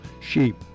sheep